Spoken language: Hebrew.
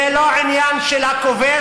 זה לא עניין של הכובש,